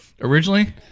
originally